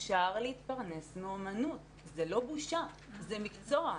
אפשר להתפרנס מאמנות, זה לא בושה, זה מקצוע.